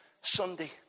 Sunday